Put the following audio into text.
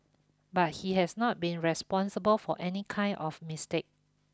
but he has not been responsible for any kind of mistake